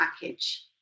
package